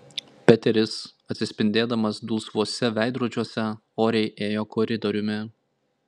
peteris atsispindėdamas dulsvuose veidrodžiuose oriai ėjo koridoriumi